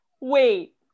Wait